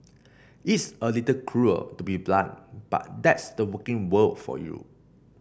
it's a little cruel to be so blunt but that's the working world for you